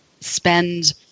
spend